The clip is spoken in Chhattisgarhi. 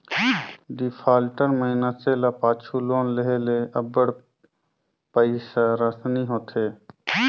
डिफाल्टर मइनसे ल पाछू लोन लेहे ले अब्बड़ पइरसानी होथे